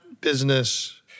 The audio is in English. business